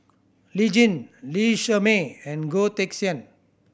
Lee Tjin Lee Shermay and Goh Teck Sian